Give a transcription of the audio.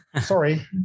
sorry